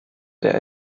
der